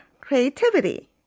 creativity